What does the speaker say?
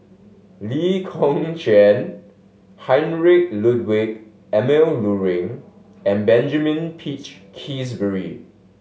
Lee Kong Chian Heinrich Ludwig Emil Luering and Benjamin Peach Keasberry